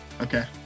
okay